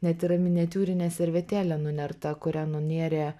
net yra miniatiūrinė servetėlė nunerta kurią nunėrė